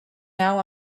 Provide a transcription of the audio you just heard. now